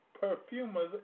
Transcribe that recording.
perfumers